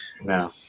No